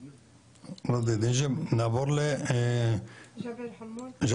ובנייה, הוא